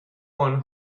one